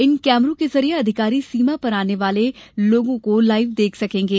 इन कैमरों के जरिए अधिकारी सीमा पर आने जाने वाले लोगों को लाइव देख सकेंगें